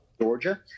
Georgia